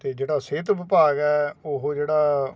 ਅਤੇ ਜਿਹੜਾ ਸਿਹਤ ਵਿਭਾਗ ਹੈ ਉਹ ਜਿਹੜਾ